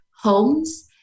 homes